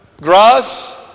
grass